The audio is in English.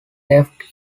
left